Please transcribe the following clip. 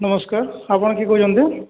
ନମସ୍କାର ଆପଣ କିଏ କହୁଛନ୍ତି